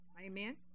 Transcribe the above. Amen